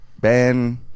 Ben